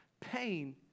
pain